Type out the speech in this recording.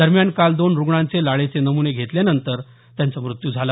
दरम्यान काल दोन रुग्णांचे लाळेचे नमुने घेतल्यानंतर त्यांचा मृत्यू झाला